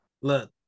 look